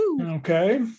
okay